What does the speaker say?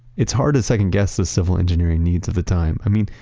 it's hard to second-guess the civil engineering needs at the time. i mean,